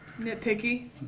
nitpicky